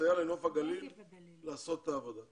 לסייע לנוף הגליל לעשות את העבודה.